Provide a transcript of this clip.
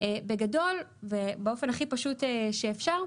בגדול ובאופן הכי פשוט שאפשר,